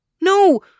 No